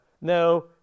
No